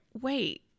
Wait